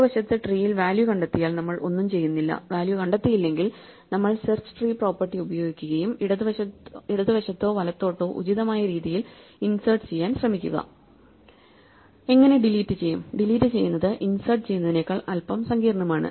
മറുവശത്ത് ട്രീയിൽ വാല്യൂ കണ്ടെത്തിയാൽ നമ്മൾ ഒന്നും ചെയ്യുന്നില്ല വാല്യൂ കണ്ടെത്തിയില്ലെങ്കിൽ നമ്മൾ സെർച്ച് ട്രീ പ്രോപ്പർട്ടി ഉപയോഗിക്കുകയും ഇടതുവശത്തോ വലത്തോട്ടോ ഉചിതമായ രീതിയിൽ ഇൻസേർട്ട് ചെയ്യാൻ ശ്രമിക്കുക എങ്ങനെ ഡിലീറ്റ് ചെയ്യും ഡിലീറ്റ് ചെയ്യുന്നത് ഇൻസേർട്ട് ചെയ്യുന്നതിനേക്കാൾ അൽപ്പം സങ്കീർണ്ണമാണ്